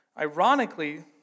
Ironically